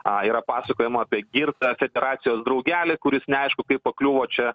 a yra pasakojama apie girtą federacijos draugelį kuris neaišku kaip pakliūvo čia